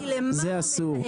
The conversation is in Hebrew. זה אסור.